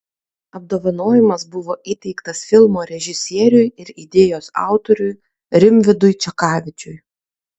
apdovanojimas buvo įteiktas filmo režisieriui ir idėjos autoriui rimvydui čekavičiui